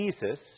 Jesus